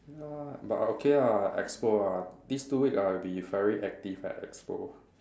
ya ah but okay ah expo ah this two week I'll be very active at expo